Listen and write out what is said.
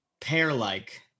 Pear-like